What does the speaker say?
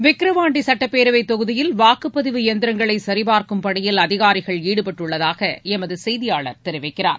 விக்கிரவாண்டி சட்டப்பேரவை தொகுதியில் வாக்குப்பதிவு எந்திரங்களை சரிபார்க்கும் பணியில் அதிகாரிகள் ஈடுபட்டுள்ளதாக எமது செய்தியாளர் தெரிவிக்கிறார்